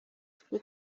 twe